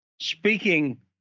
speaking